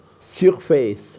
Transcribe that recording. surface